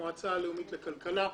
המועצה הלאומית לכלכלה.